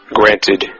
granted